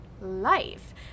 life